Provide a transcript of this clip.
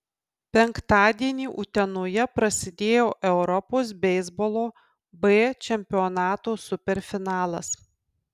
penktadienį utenoje prasidėjo europos beisbolo b čempionato superfinalas